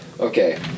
Okay